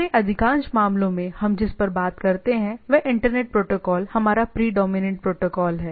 हमारे अधिकांश मामलों में हम जिस पर काम करते हैं वह इंटरनेट प्रोटोकॉल हमारा प्रेडोमिनेंट प्रोटोकॉल है